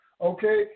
okay